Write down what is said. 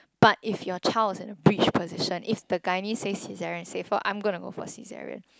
but if your child is at a breech position if the gynae says that caesarean is safer I'm going to go for caesarean